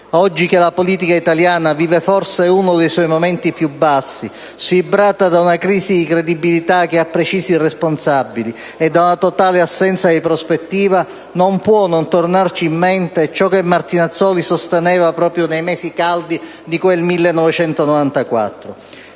Oggi che la politica italiana vive forse uno dei suoi momenti più bassi, sfibrata da una crisi di credibilità che ha precisi responsabili e da una totale assenza di prospettiva, non può non tornarci in mente ciò che Martinazzoli sosteneva proprio nei mesi caldi di quel 1994: